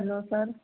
hello sir